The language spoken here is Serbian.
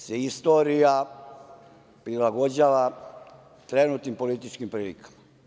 Danas se istorija prilagođava trenutnim političkim prilikama.